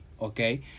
Okay